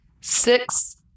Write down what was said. six